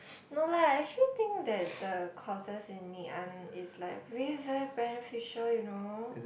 no lah I actually think that the courses in ngee ann is like really very beneficial you know